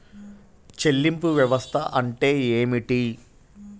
చెల్లింపు వ్యవస్థ అంటే ఏమిటి?